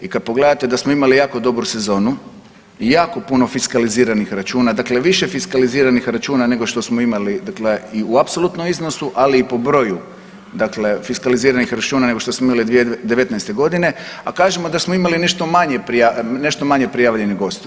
I kada pogledate da smo imali jako dobru sezonu i jako puno fiskaliziranih računa, dakle više fiskaliziranih računa nego što smo imali dakle i u apsolutnom iznosu ali i po broju dakle fiskaliziranih računa nego što smo imali 2019. godine, a kažemo da smo imali nešto manje prijavljenih gostiju.